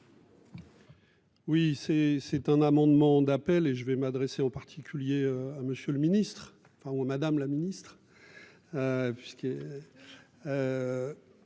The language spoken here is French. c'est c'est un amendement d'appel et je vais m'adresser aux particuliers à Monsieur le Ministre, enfin ou Madame la Ministre.